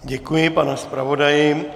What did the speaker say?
Děkuji panu zpravodaji.